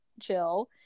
chill